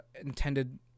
intended